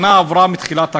שנה עברה מתחילת הקדנציה,